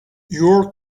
your